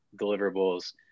deliverables